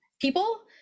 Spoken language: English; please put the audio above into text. people